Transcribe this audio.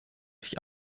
durch